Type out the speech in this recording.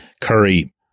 Curry